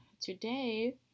today